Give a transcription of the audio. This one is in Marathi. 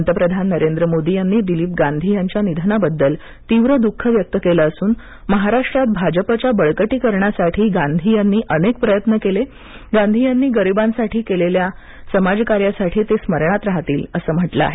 पंतप्रधान नरेंद्र मोदी यांनी दिलीप गांधी यांच्या निधनाबद्दल तीव्र दुःख व्यक्त केलं असून आणि महाराष्ट्रात भाजपच्या बळकटीकरणासाठी गांधी यांनी अनेक प्रयत्न केले गांधी यांनी गरीबांसाठी केलेल्या समाजकार्यासाठी ते स्मरणात राहतील असं म्हटलं आहे